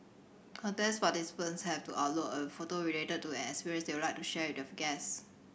contest participants have to upload a photo related to an experience they would like to share with their guest